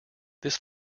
this